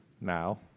now